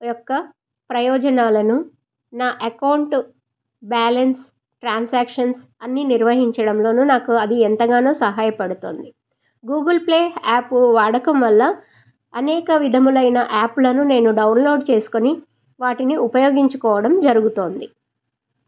యొక్క ప్రయోజనాలను నా అకౌంట్ బ్యాలెన్స్ ట్రాన్సాక్షన్స్ అన్నీ నిర్వహించడంలోను నాకు అది ఎంతగానో సహాయపడుతోంది గూగుల్పే యాప్ వాడకం వల్ల అనేక విధములైన యాప్లను నేను డౌన్లోడ్ చేసుకొని వాటిని ఉపయోగించుకోవడం జరుగుతోంది